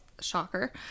Shocker